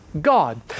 God